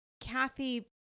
Kathy